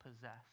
possess